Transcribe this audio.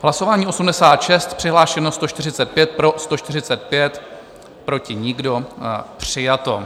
Hlasování 86, přihlášeno 145, pro 145, proti nikdo, přijato.